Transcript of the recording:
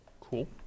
Cool